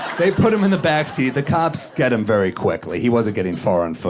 they put him in the backseat. the cops get him very quickly. he wasn't getting far on foot.